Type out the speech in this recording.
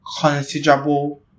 considerable